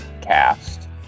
cast